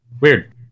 Weird